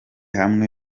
hamwe